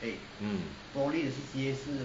mm